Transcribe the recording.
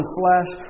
flesh